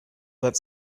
but